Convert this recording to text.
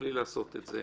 תוכלי לעשות את זה.